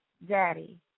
Daddy